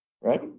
right